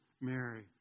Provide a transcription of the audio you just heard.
Mary